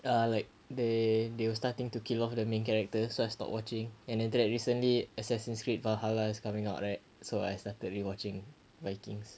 err like they they were starting to kill off the main character so I stopped watching and then after that recently assassin's creed valhalla is coming out right so I started rewatching vikings